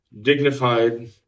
dignified